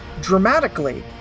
dramatically